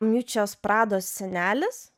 miučios prados senelis